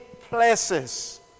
places